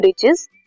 bridges